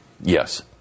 Yes